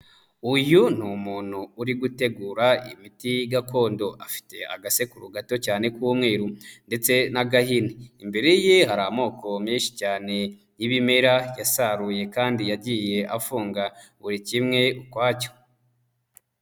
Uyu ni umuntu uri gutegura imiti gakondo, afite agasekuru gato cyane k'umweru ndetse n'agahini, imbere ye hari amoko menshi cyane y'ibimera yasaruye kandi yagiye afunga buri kimwe ukwacyo.